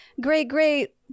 great-great